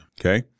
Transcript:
Okay